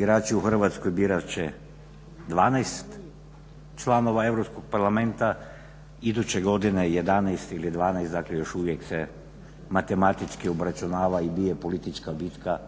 birači u Hrvatskoj birat će 12 članova Europskog parlamenta, iduće godine 11 ili 12. Dakle, još uvijek se matematički obračunava i bije politička bitka